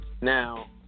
Now